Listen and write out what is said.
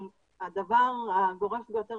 אבל הדבר הגורף ביותר